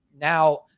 now